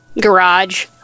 garage